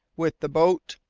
with the boat?